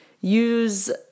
use